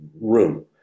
room